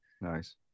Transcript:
Nice